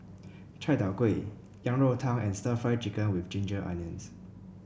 Chai Tow Kuay Yang Rou Tang and stir Fry Chicken with Ginger Onions